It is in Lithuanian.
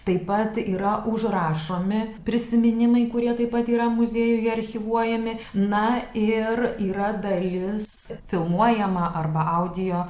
taip pat yra užrašomi prisiminimai kurie taip pat yra muziejuje archyvuojami na ir yra dalis filmuojama arba audio